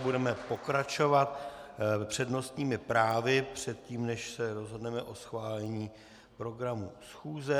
Budeme pokračovat přednostními právy předtím, než se rozhodneme o schválení programu schůze.